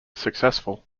successful